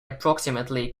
approximately